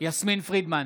יסמין פרידמן,